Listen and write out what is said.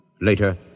Later